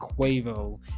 Quavo